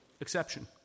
exception